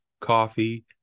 coffee